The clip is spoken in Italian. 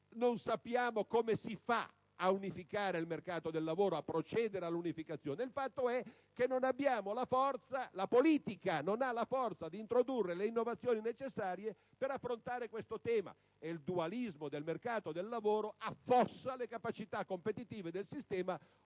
non sappiamo come si faccia a procedere all'unificazione del mercato del lavoro: il fatto è che non abbiamo la forza, la politica non ha la forza di introdurre le innovazioni necessarie per affrontare questo tema e il dualismo del mercato del lavoro affossa le capacità competitive del sistema,